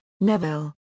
Neville